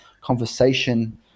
conversation